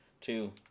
two